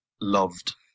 loved